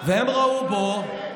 הם ראו בו